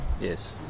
Yes